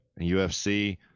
ufc